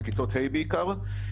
מכיתות ה' בעיקר.